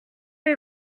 est